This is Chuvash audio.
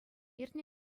иртнӗ